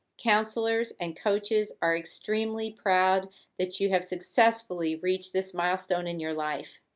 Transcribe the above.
counselors, and coaches are extremely proud that you have successfully reached this milestone in your life.